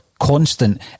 constant